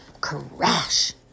crash